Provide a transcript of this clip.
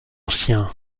chien